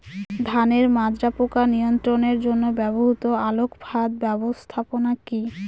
ধানের মাজরা পোকা নিয়ন্ত্রণের জন্য ব্যবহৃত আলোক ফাঁদ ব্যবস্থাপনা কি?